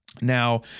Now